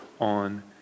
on